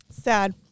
Sad